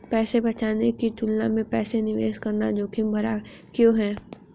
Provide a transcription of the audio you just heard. पैसा बचाने की तुलना में पैसा निवेश करना जोखिम भरा क्यों है?